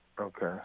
Okay